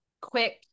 quick